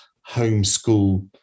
home-school